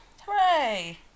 Hooray